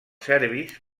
serbis